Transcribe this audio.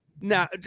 Now